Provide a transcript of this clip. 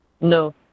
No